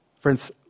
Friends